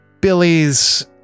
Billy's